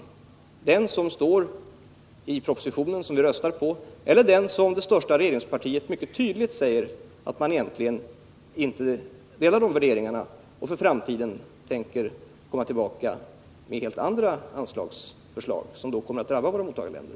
Är det den som står i propositionen och som vi röstar på eller är det den som mycket tydligt kommit till uttryck från det största regeringspartiet, nämligen att man inte delar de värderingar som framförts i propositionen och att man i framtiden tänker komma tillbaka och lägga fram andra anslagsförslag, som kommer att drabba våra mottagarländer?